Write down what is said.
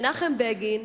מנחם בגין